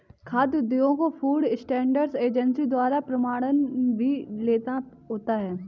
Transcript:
खाद्य उद्योगों को फूड स्टैंडर्ड एजेंसी द्वारा प्रमाणन भी लेना होता है